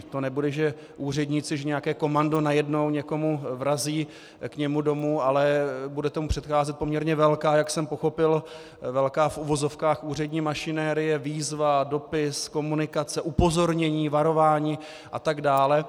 To nebude, že úředníci, nějaké komando najednou někomu vrazí k němu domů, ale bude tomu předcházet poměrně velká, jak jsem pochopil, v uvozovkách velká úřední mašinerie, výzva, dopis, komunikace, upozornění, varování atd.